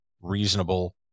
Reasonable